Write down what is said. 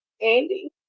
Andy